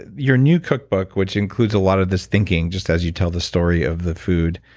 your new cookbook, which includes a lot of this thinking, just as you tell the story of the food,